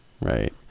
Right